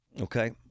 okay